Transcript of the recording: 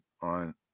on